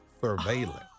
Surveillance